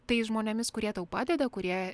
tais žmonėmis kurie tau padeda kurie